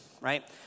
right